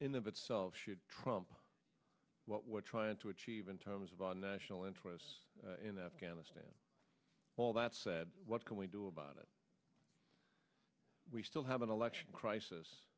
in of itself should trump what we're trying to achieve in terms of our national interests in afghanistan all that said what can we do about it we still have an election crisis